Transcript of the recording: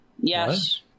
Yes